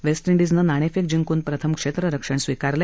waste इंडिजनं नाणेफेक जिंकून प्रथम क्षेत्ररक्षण स्वीकारलं